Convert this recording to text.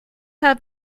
have